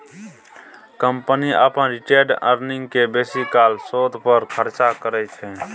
company अपन retained earning केँ basically शोध पर खरचा करय छै